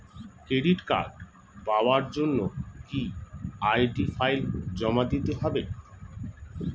Credit card পাওয়ার জন্য কি আই.ডি ফাইল জমা দিতে হবে?